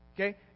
Okay